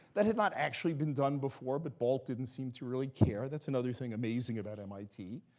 that had not actually been done before, but balt didn't seem to really care. that's another thing amazing about mit,